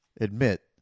admit